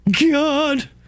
God